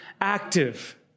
active